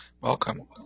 Welcome